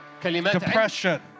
Depression